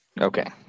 Okay